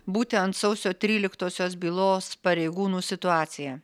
būtent sausio tryliktosios bylos pareigūnų situaciją